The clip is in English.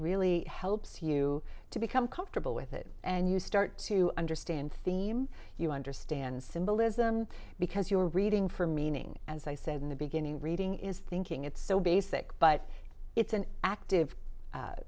really helps you to become comfortable with it and you start to understand theme you understand symbolism because you are reading for meaning as i said in the beginning reading is thinking it's so basic but it's an active